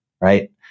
right